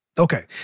Okay